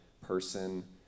person